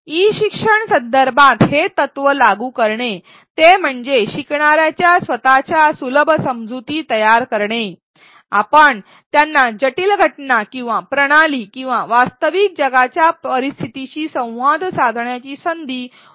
E शिक्षण संदर्भात हे तत्व लागू करणे ते म्हणजे शिकणार्यांच्या स्वतच्या सुलभ समजुती तयार करणे आपण त्यांना जटिल घटना किंवा प्रणाली किंवा वास्तविक जगाच्या परिस्थितीशी संवाद साधण्याची संधी उपलब्ध करुन दिली पाहिजे